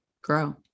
grow